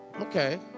Okay